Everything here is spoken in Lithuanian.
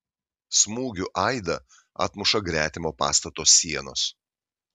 smūgių aidą atmuša gretimo pastato sienos